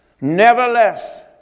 Nevertheless